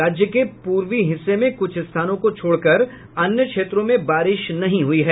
राज्य के पूर्वी हिस्से में कुछ स्थानों को छोड़कर अन्य क्षेत्रों में बारिश नहीं हुई है